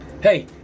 hey